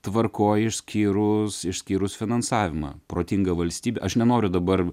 tvarkoj išskyrus išskyrus finansavimą protinga valstybė aš nenoriu dabar